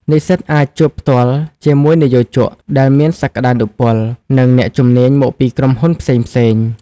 និស្សិតអាចជួបផ្ទាល់ជាមួយនិយោជកដែលមានសក្តានុពល និងអ្នកជំនាញមកពីក្រុមហ៊ុនផ្សេងៗ។